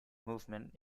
movement